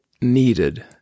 needed